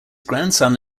grandson